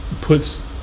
puts